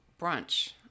brunch